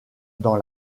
dans